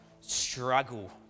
struggle